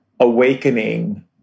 Awakening